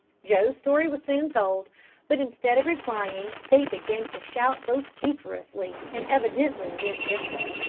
joe's story was soon told but instead of replying, they began to shout vociferously, and evidently meant mischief.